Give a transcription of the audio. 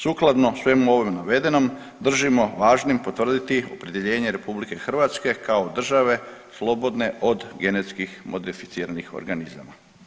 Sukladno svemu ovome navedenom držimo važnim potvrditi opredjeljenje RH kao države slobodne od genetski modificiranih organizama.